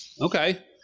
Okay